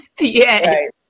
Yes